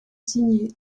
signés